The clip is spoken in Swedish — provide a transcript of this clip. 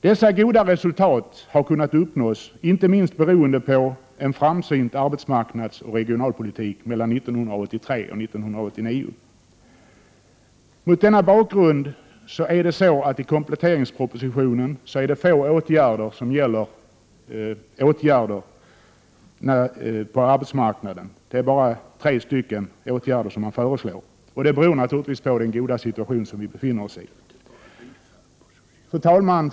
Dessa goda resultat har kunnat uppnås, inte minst beroende på en framsynt arbetsmarknadsoch regionalpolitik mellan 1983 och 1989. I kompletteringspropositionen är det få förslag som gäller åtgärder på arbetsmarknaden — man föreslår endast tre sådana åtgärder. Det beror naturligtvis på den goda situation som vi befinner oss i. Fru talman!